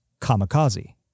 Kamikaze